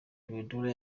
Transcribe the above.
touadera